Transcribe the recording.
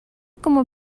como